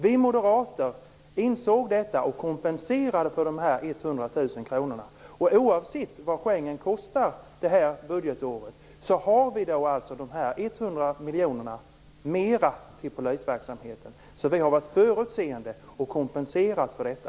Vi moderater insåg detta, och kompenserade för de här 100 miljoner kronorna. Oavsett hur mycket Schengen kostar under det här budgetåret har vi moderater de här ytterligare 100 miljonerna till polisverksamheten. Vi har alltså varit förutseende, och kompenserat för detta.